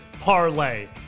parlay